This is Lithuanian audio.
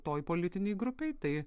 toj politinėj grupėj tai